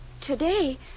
today